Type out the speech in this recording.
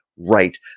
right